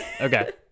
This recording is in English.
Okay